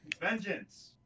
Vengeance